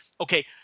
okay